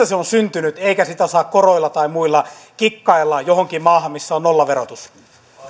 se on syntynyt eikä sitä saa koroilla tai muilla kikkailla johonkin maahan missä on nollaverotus